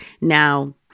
Now